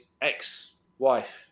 ex-wife